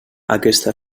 aquesta